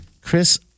Chris